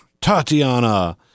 Tatiana